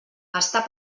està